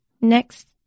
next